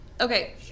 Okay